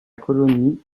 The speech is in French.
colonie